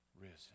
risen